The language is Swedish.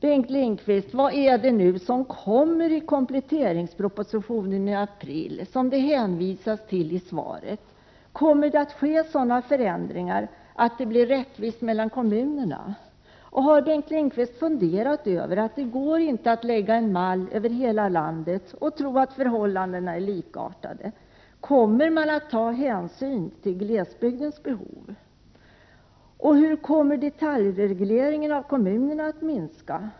Bengt Lindqvist, vad är det nu som kommer i kompletteringspropositionen i april, som det hänvisas till i svaret? Kommer det att ske sådana förändringar att det blir rättvist mellan kommunerna? Har Bengt Lindqvist funderat över att det inte går att lägga en mall över hela landet och tro att förhållandena är likartade? Kommer man att ta hänsyn till glesbygdens behov? Hur skall detaljregleringen av kommunerna minska?